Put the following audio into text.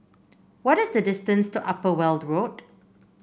what is the distance to Upper Weld Road